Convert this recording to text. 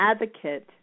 advocate